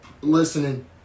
listening